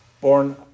born